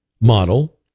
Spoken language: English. model